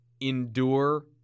endure